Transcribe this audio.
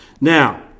Now